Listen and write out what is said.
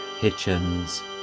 Hitchens